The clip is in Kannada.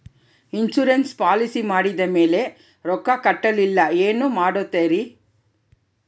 ಇನ್ಸೂರೆನ್ಸ್ ಪಾಲಿಸಿ ಮಾಡಿದ ಮೇಲೆ ರೊಕ್ಕ ಕಟ್ಟಲಿಲ್ಲ ಏನು ಮಾಡುತ್ತೇರಿ?